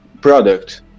product